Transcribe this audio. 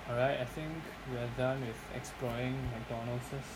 alright I think we are done with exploring McDonald's